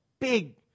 big